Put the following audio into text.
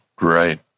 Right